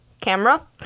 camera